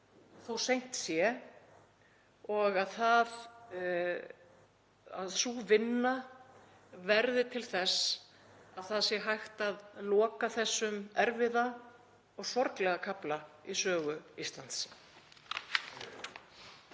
að seint sé. Ég vona að sú vinna verði til þess að hægt sé að loka þessum erfiða og sorglega kafla í sögu Íslands.